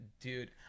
Dude